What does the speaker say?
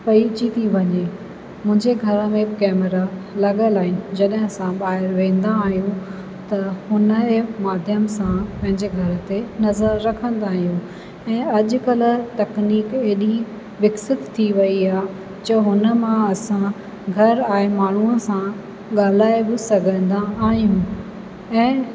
पइजी थी वञे मुंहिंजे घर में कैमरा लॻलि आहिनि जॾहिं असां ॿाहिरि वेंदा आहियूं त उन जे माध्यम सां पंहिंजे घर ते नज़र रखंदा आहियूं ऐं अॼु कल्ह तकनीक ऐॾी विकसित थी वई आहे जो हुन मां असां घरु आए माण्हूअ सां ॻाल्हाए बि सघंदा आहियूं ऐं